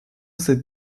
cette